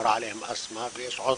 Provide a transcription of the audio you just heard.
שדיברה עליהם אסמאא ויש עוד,